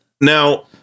now